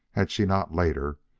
had she not, later,